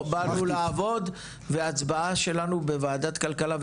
פה באנו לעבוד, והצבעה שלנו בוועדת כלכלה.